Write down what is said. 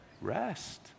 rest